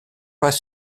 pas